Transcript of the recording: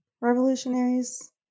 revolutionaries